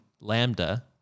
Lambda